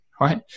right